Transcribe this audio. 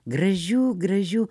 gražiu gražiu